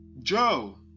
Joe